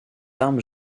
armes